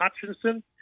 Hutchinson